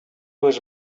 was